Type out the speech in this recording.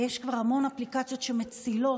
וכבר יש המון אפליקציות שמצילות